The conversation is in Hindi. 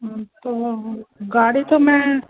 तो मैं गाड़ी तो मैं